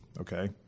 Okay